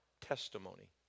testimony